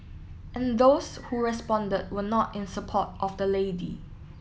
and those who responded were not in support of the lady